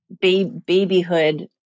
Babyhood